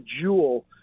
jewel